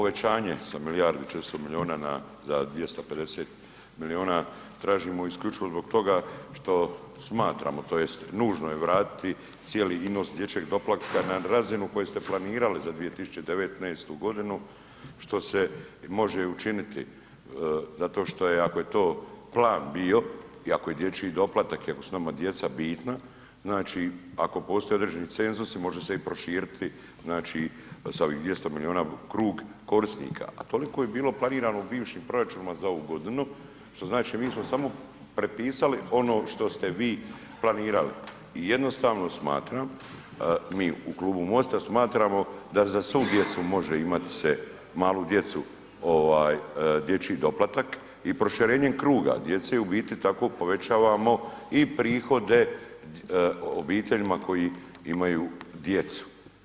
Ovo povećanje za milijardu i 400 milijuna za 250 milijuna, tražimo isključivo zbog toga što smatramo tj. nužno je vratiti cijeli iznos dječjeg doplatka na razinu koju ste planirali za 2019. g. što se može i učiniti zato što je ako to plan bio i ako je dječji doplatak i ako su nama djeca bitna, znači i ako postoji određeni cenzus, može se i proširiti sa ovih 200 milijun krug korisnika a toliko je bilo planirano u bivšim proračunima za ovu godinu što znači mi smo samo prepisali ono što s te vi planirali i jednostavno smatram, mi u klubu MOST-a smatramo da za svu djecu može imati se, malu djecu dječji doplatak i proširenjem kruga djece, u biti tako povećavamo i prihode obiteljima koji imaju djecu.